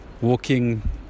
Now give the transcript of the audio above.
walking